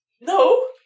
No